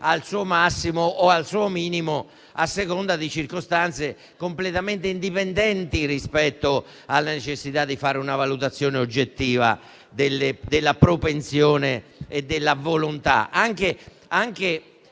al suo massimo o al suo minimo. Ciò a seconda di circostanze completamente indipendenti dalla necessità di fare una valutazione oggettiva della propensione e della volontà, anche